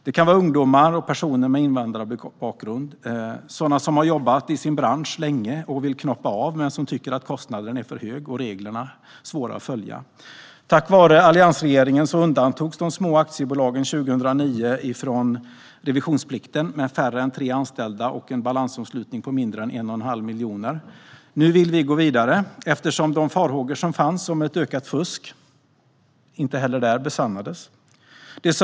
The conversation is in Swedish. Det kan vara ungdomar, personer med invandrarbakgrund eller sådana som jobbat i sin bransch länge och vill knoppa av men som tycker att kostnaden är för hög och reglerna svåra att följa. Tack vare alliansregeringen undantogs de små aktiebolagen från revisionsplikten 2009. Det gäller aktiebolag som har färre än tre anställda och en balansomslutning på mindre än 1 1⁄2 miljon. Nu vill vi gå vidare, eftersom de farhågor som fanns om ökat fusk inte heller besannades. Fru talman!